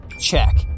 Check